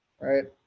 Right